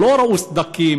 לא ראו סדקים,